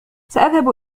سأذهب